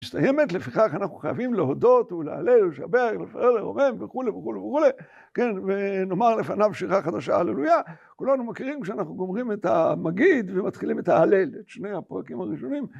מסתיימת, לפיכך אנחנו חייבים להודות ולהלל ולשבח ולפאר ולרומם וכולי וכולי וכולי, כן, ונאמר לפניו שירה חדשה הללויה. כולנו מכירים כשאנחנו גומרים את המגיד ומתחילים את ההלל, את שני הפרקים הראשונים